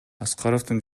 аскаровдун